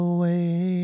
Away